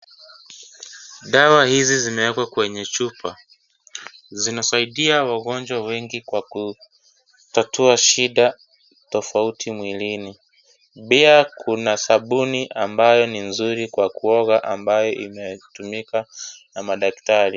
Dawa hizi zimewekwa kwenye chupa ,zinasaidia wagonjwa wengi Kwa kutatua shida tofauti mwilini ,pia kuna sabuni ambayo ni nzuri Kwa kuoga ambayo inatumika na madaktari.